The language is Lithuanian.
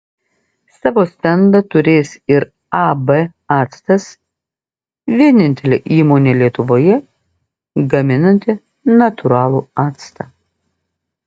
savo stendą turės ir ab actas vienintelė įmonė lietuvoje gaminanti natūralų actą